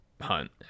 hunt